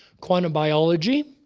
quantum biology,